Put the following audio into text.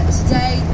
today